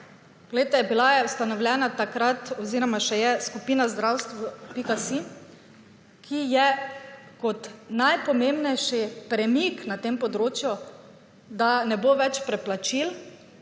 Poglejte, bila je ustanovljena takrat oziroma še je skupina zdrvstvo.si, ki je kot najpomembnejši premik na tem področju, da ne bo več preplačil,